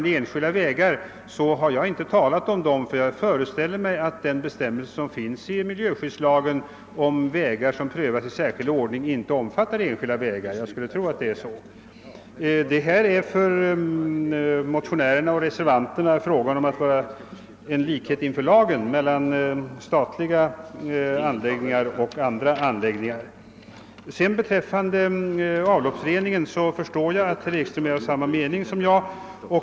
Enskilda vägar har jag inte talat om, eftersom jag föreställer mig att bestämmelsen i miljöskyddslagen om prövning i särskild ordning inte omfattar enskilda vägar. Detta är för motionärerna och reservanterna en fråga om likhet inför lagen mellan statliga anläggningar och andra anläggningar. Vad beträffar reningen av avloppsvatten förstår jag att herr Ekström är av samma mening som jag.